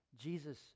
Jesus